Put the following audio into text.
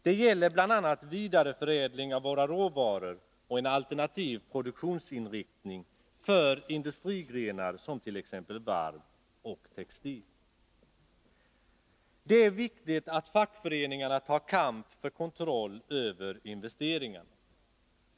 Det gäller bl.a. vidareförädling av våra råvaror och en alternativ produktionsinriktning för industrigrenar som t.ex. varv och textil. Det är viktigt att fackföreningarna tar kamp för kontroll över investeringarna.